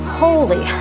holy